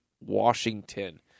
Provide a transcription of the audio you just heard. Washington